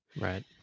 Right